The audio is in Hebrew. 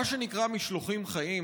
מה שנקרא "משלוחים חיים",